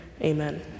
amen